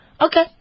Okay